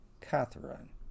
Catherine